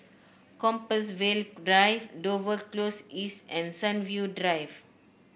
Compassvale Drive Dover Close East and Sunview Drive